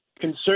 concern